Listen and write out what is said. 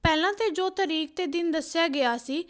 ਪਹਿਲਾਂ ਤਾਂ ਜੋ ਤਰੀਕ ਅਤੇ ਦਿਨ ਦੱਸਿਆ ਗਿਆ ਸੀ